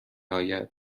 آید